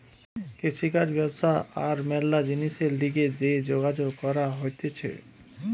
কৃষিকাজ ব্যবসা আর ম্যালা জিনিসের লিগে যে যোগাযোগ করা হতিছে